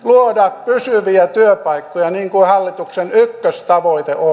luodaan pysyviä työpaikkoja niin kuin hallituksen ykköstavoite on